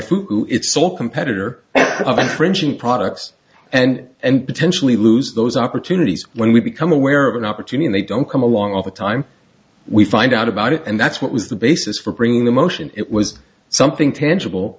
food it's so competitor of infringing products and and potentially lose those opportunities when we become aware of an opportunity they don't come along all the time we find out about it and that's what was the basis for bringing the motion it was something tangible